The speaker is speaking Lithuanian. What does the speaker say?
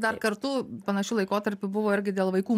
dar kartu panašiu laikotarpiu buvo irgi dėl vaikų